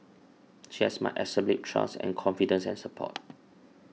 she has my absolute trust and confidence and support